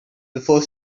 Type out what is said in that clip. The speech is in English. before